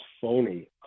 phony